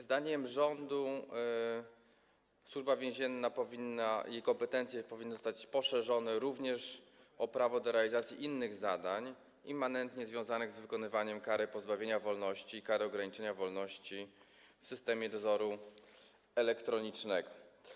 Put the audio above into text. Zdaniem rządu kompetencje Służby Więziennej powinny zostać poszerzone również o prawo do realizacji innych zadań immanentnie związanych z wykonywaniem kary pozbawienia wolności i kary ograniczenia wolności w systemie dozoru elektronicznego.